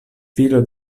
filo